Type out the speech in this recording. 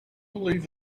believe